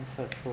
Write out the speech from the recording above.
comfort food